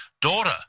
daughter